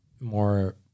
more